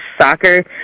soccer